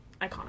iconic